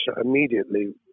immediately